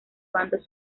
bandos